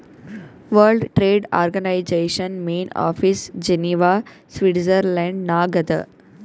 world trade organization main office Geneva Switzerland ನಾಗ್ ಅದಾ